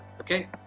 Okay